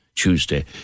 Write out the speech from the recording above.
Tuesday